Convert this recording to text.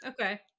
okay